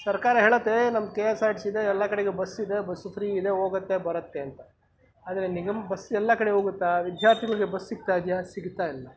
ಸರ್ಕಾರ ಹೇಳುತ್ತೆ ನಮ್ಮ K S R T C ಎಲ್ಲ ಕಡೆಗೂ ಬಸ್ಸಿದೆ ಬಸ್ ಫ್ರೀ ಇದೆ ಹೋಗುತ್ತೆ ಬರುತ್ತೆ ಅಂತ ಆದರೆ ನಿಗಮ ಬಸ್ ಎಲ್ಲ ಕಡೆ ಹೋಗುತ್ತಾ ವಿದ್ಯಾರ್ಥಿಗ್ಳಿಗೆ ಬಸ್ ಸಿಗ್ತಾಯಿದೆಯಾ ಸಿಗ್ತಾಯಿಲ್ಲ